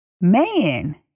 Man